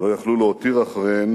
לא יכלו להותיר אחריהן